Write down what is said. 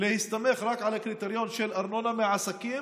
להסתמך רק על הקריטריון של ארנונה מעסקים,